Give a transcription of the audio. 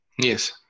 Yes